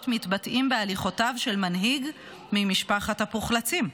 מתבטאים בהליכותיו של מנהיג ממשפחת הפוחלצים.